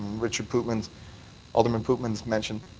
richard pootmans alderman pootmans mentioned